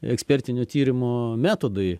ekspertinio tyrimo metodai